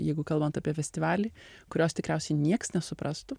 jeigu kalbant apie festivalį kurios tikriausiai nieks nesuprastų